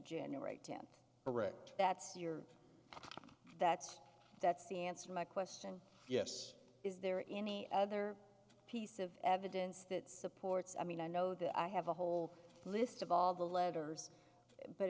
january tenth direct that's your that's that's the answer my question yes is there any other piece of evidence that supports i mean i know that i have a whole list of all the letters but